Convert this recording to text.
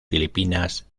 filipinas